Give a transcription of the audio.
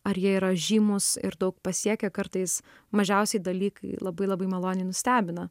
ar jie yra žymūs ir daug pasiekę kartais mažiausiai dalykai labai labai maloniai nustebina